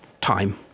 time